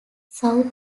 south